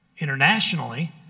Internationally